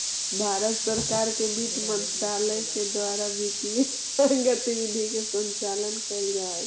भारत सरकार के वित्त मंत्रालय के द्वारा वित्तीय गतिविधि के संचालन कैल जा हइ